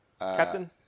Captain